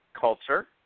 culture